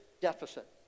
deficit